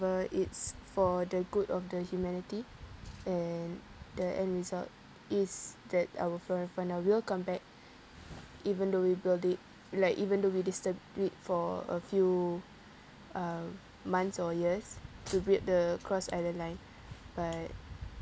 it's for the good of the humanity and the end result is that our flora fauna will come back even though we build it like even though we disturb it for a few uh months or years to build the cross island line but